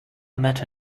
matter